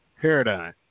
paradigm